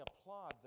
applaud